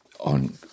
on